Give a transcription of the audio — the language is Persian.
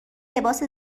لباس